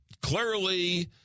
clearly